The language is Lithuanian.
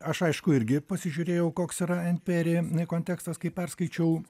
aš aišku irgi pasižiūrėjau koks yra en peri kontekstas kai perskaičiau